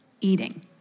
eating